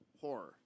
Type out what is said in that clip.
horror